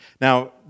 Now